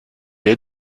est